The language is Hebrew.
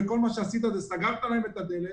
וכל מה שעשית זה שסגרת להם את הדלת,